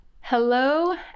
hello